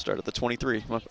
start of the twenty three months